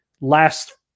last